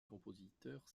compositeur